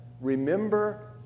remember